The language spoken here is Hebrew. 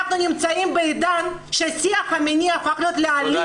אנחנו נמצאים בעידן שהשיח המיני הפך להיות אלים.